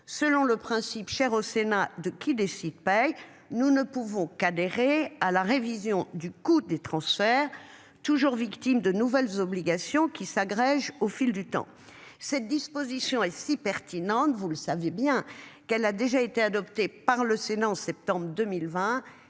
selon le principe cher au Sénat de qui décide paye. Nous ne pouvons qu'adhérer à la révision du coup des transferts toujours victime de nouvelles obligations qui s'agrègent au fil du temps. Cette disposition est si pertinente, vous le savez bien, qu'elle a déjà été adopté par le Sénat en septembre 2020